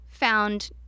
found